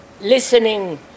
listening